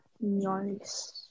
Nice